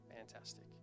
fantastic